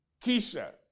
Keisha